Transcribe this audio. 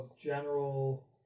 general